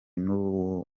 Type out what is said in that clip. n’uwo